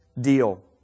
deal